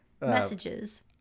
Messages